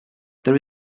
there